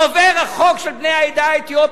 עובר החוק של בני העדה האתיופית,